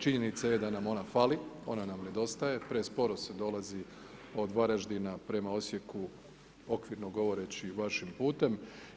Činjenica je da nam ona fali, ona nam nedostaje, presporo se dolazi od Varaždina prema Osijeku, okvirno govoreći vašim putem.